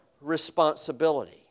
responsibility